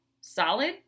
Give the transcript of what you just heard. solid